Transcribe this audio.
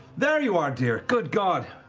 there you are dear! good god!